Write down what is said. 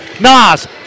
Nas